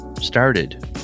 started